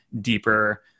deeper